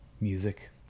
Music